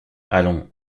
allons